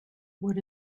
what